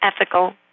ethical